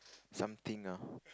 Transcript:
something ah